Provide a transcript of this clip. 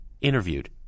interviewed